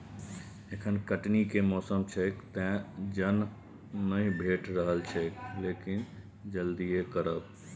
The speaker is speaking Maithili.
एखन कटनी के मौसम छैक, तें जन नहि भेटि रहल छैक, लेकिन जल्दिए करबै